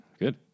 Good